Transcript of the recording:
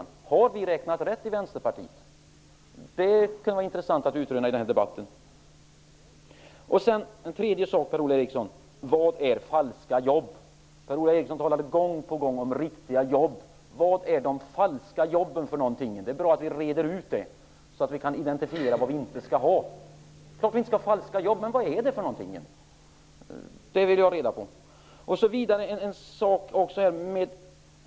Har vi i Vänsterpartiet räknat rätt? Det är en sak som det kunde vara intressant att utröna i denna debatt. Den tredje fråga som jag vill ställa till Per-Ola Eriksson lyder: Vad är falska jobb? Per-Ola Eriksson talade gång på gång om riktiga jobb. Det vore bra om vi kunde reda ut vad som är falska jobb, så att vi kan identifiera de jobb som vi inte skall ha.